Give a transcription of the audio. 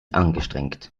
angestrengt